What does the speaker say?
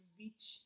reach